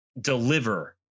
deliver